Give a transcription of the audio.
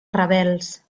rebels